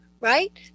right